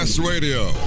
Radio